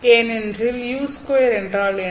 ஏனெனில் u2 என்றால் என்ன